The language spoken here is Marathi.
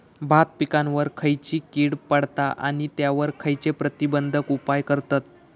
भात पिकांवर खैयची कीड पडता आणि त्यावर खैयचे प्रतिबंधक उपाय करतत?